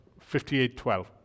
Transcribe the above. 5812